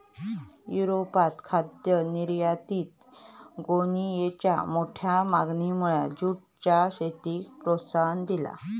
युरोपात खाद्य निर्यातीत गोणीयेंच्या मोठ्या मागणीमुळे जूटच्या शेतीक प्रोत्साहन दिला